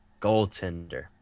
goaltender